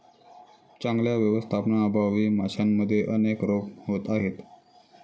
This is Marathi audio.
चांगल्या व्यवस्थापनाअभावी माशांमध्ये अनेक रोग होत आहेत